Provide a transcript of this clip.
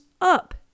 up